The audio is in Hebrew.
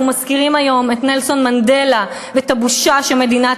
אנחנו מזכירים היום את נלסון מנדלה ואת הבושה שמדינת